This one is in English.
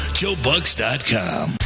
joebucks.com